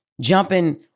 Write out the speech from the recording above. jumping